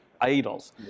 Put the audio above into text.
idols